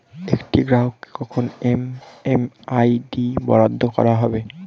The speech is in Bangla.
একটি গ্রাহককে কখন এম.এম.আই.ডি বরাদ্দ করা হবে?